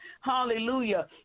hallelujah